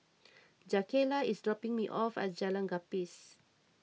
Jakayla is dropping me off at Jalan Gapis